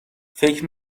فکر